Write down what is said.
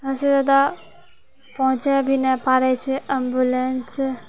हद से जादा पहुँच भी ने पाबै छै एम्बुलेन्स